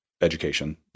education